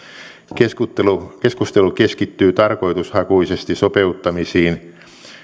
keskustelu keskustelu keskittyy tarkoitushakuisesti sopeuttamisiin